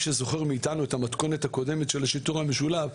שזוכר מאתנו את המתכונת הקודמת של השיטור המשולב,